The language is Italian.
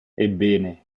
ebbene